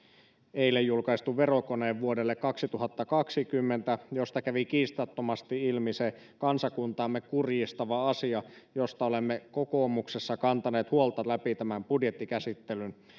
eilen julkaistun verokoneen vuodelle kaksituhattakaksikymmentä josta kävi kiistattomasti ilmi se kansakuntaamme kurjistava asia josta olemme kokoomuksessa kantaneet huolta läpi tämän budjettikäsittelyn